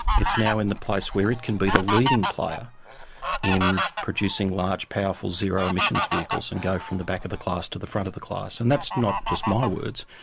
it's now in the place where it can be the leading player in producing large, powerful, zero-emissions vehicles and go from the back of the class to the front of the class. and that's not just my words.